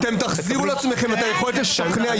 אתם תחזירו לעצמכם את היכולת לשכנע,